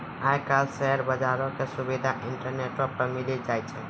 आइ काल्हि शेयर बजारो के सुविधा इंटरनेटो पे मिली जाय छै